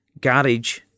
Garage